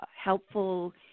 helpful